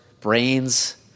brains